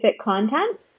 content